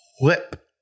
whip